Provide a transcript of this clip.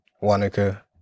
Wanaka